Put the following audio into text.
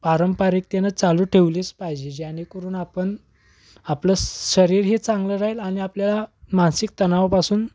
पारंपरिकतेनं चालू ठेवलीच पाहिजे ज्याणेकरून आपण आपलं शरीर हे चांगलं राहील आणि आपल्याला मानसिक तणावापासून